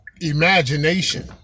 imagination